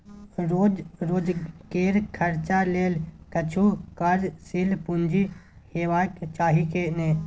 रोज रोजकेर खर्चा लेल किछु कार्यशील पूंजी हेबाक चाही ने